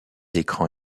écrans